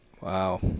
Wow